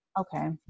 Okay